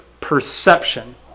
perception